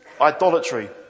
idolatry